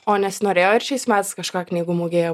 o nesinorėjo ir šiais metais kažką knygų mugėje